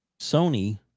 Sony